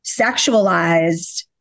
sexualized